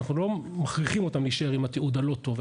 אנחנו לא מכריחים אותם להישאר עם התיעוד הלא טוב הזה.